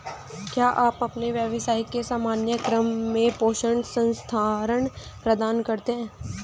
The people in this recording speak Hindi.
क्या आप अपने व्यवसाय के सामान्य क्रम में प्रेषण स्थानान्तरण प्रदान करते हैं?